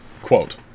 quote